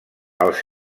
els